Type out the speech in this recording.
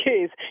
kids